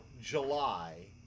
July